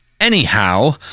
anyhow